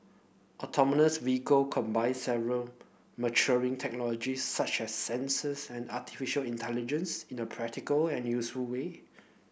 autonomous vehicle combine several maturing technologies such as sensors and artificial intelligence in the practical and useful way